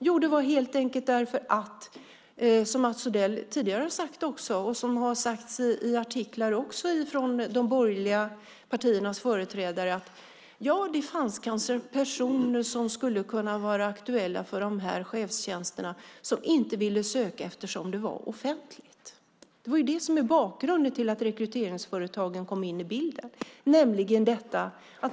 Jo, det var helt enkelt för att det, som Mats Odell tidigare har sagt och som har sagts i artiklar från de borgerliga partiernas företrädare, kanske fanns personer som skulle kunna vara aktuella för dessa tjänster och som inte ville söka eftersom det var offentligt. Det är det som är bakgrunden till att rekryteringsföretagen kom in i bilden.